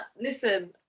Listen